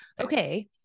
okay